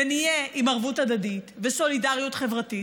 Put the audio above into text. נהיה עם ערבות הדדית וסולידריות חברתית,